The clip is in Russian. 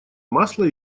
масло